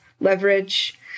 Leverage